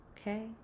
Okay